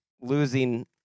losing